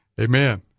Amen